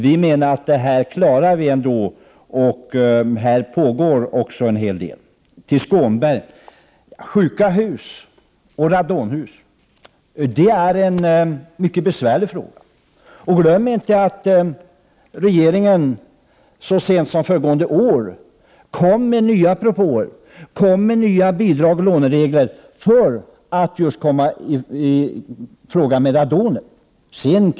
Vi menar att vi ändå klarar av detta, och det pågår också en hel del inom detta område. Jag vill till Krister Skånberg säga att frågan om sjuka hus och radonhus är mycket besvärlig. Man får inte glömma att regeringen så sent som föregående år kom med nya propåer och nya regler för bidrag och lån för att just komma till rätta med problemet med radon.